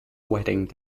wedding